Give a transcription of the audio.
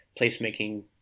placemaking